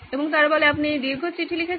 এবং তারা বলে আপনি এই দীর্ঘ চিঠি লিখেছেন